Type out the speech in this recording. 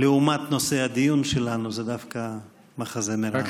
לעומת נושא הדיון שלנו, זה דווקא מחזה מרענן.